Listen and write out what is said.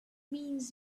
means